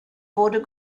wurde